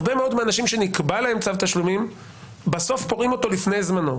הרבה מאוד מהאנשים שנקבע להם צו תשלומים בסוף פורעים אותו לפני זמנו,